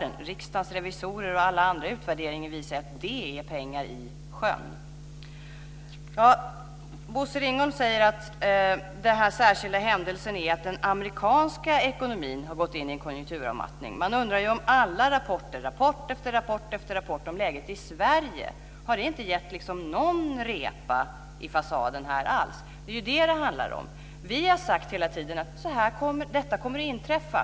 Men Riksdagens revisorers och alla andras utvärderingar av Östersjömiljarden visar ju att det är pengar i sjön. Bosse Ringholm säger att den särskilda händelsen är att den amerikanska ekonomin har gått in i en konjunkturavmattning. Man undrar om alla rapporter om läget i Sverige inte har gett någon repa i fasaden här. Det är ju detta det handlar om. Vi har hela tiden sagt att detta kommer att inträffa.